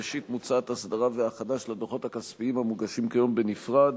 ראשית מוצעת הסדרה והאחדה של הדוחות הכספיים המוגשים כיום בנפרד